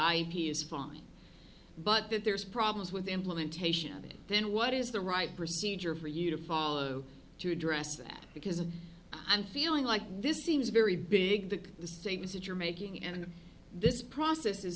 is fine but that there's problems with implementation of it then what is the right procedure for you to follow to address that because i'm feeling like this seems very big the same as it you're making and this process is